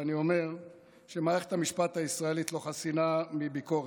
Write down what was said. ואני אומר שמערכת המשפט הישראלית לא חסינה מביקורת.